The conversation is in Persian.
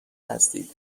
هستید